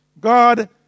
God